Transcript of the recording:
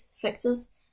fixes